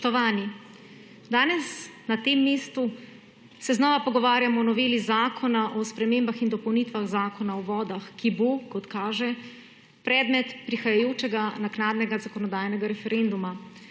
na tem mestu znova pogovarjamo o noveli Zakona o spremembah in dopolnitvah Zakona o vodah, ki bo, kot kaže, predmet prihajajočega naknadnega zakonodajnega referenduma,